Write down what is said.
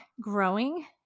growing